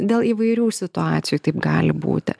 dėl įvairių situacijų taip gali būti